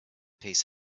peace